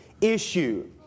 issue